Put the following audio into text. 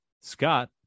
Scott